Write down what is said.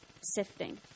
sifting